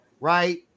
right